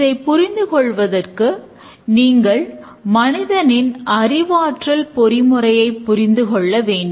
இதைப் புரிந்துகொள்வதற்கு நீங்கள் மனிதனின் அறிவாற்றல் பொறிமுறையை புரிந்து கொள்ள வேண்டும்